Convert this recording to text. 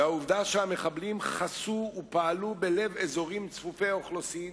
והעובדה שהמחבלים חסו ופעלו בלב אזורים צפופי אוכלוסין